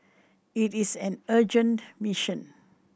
it is an urgent mission